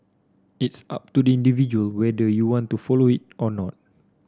it's up to the individual whether you want to follow it or not